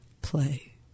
Play